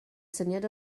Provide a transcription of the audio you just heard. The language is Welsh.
syniad